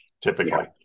typically